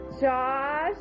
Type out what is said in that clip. Josh